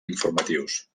informatius